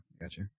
gotcha